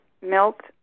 milked